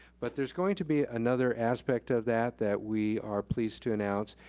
but there's going to be another aspect of that that we are pleased to announce,